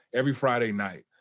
every friday night.